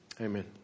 Amen